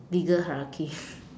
bigger hierarchy